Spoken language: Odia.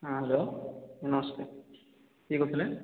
ହଁ ହ୍ୟାଲୋ ନମସ୍କାର୍ କିଏ କହୁଥିଲେ